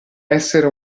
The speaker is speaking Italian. essere